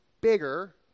bigger